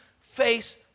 face